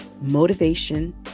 motivation